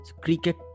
Cricket